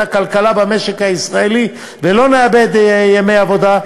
הכלכלה במשק הישראלי ולא נאבד ימי עבודה,